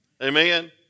Amen